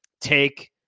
take